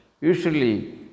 usually